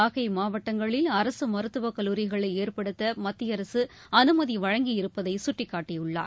நாகை மாவட்டங்களில் அரசு மருத்துவக்கல்லூரிகளை ஏற்படுத்த மத்தியஅரசு அனுமதி வழங்கியிருப்பதை சுட்டிக்காட்டியுள்ளார்